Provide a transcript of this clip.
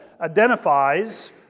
identifies